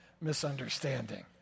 misunderstanding